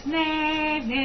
name